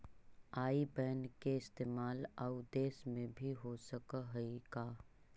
आई बैन के इस्तेमाल आउ देश में भी हो सकऽ हई का?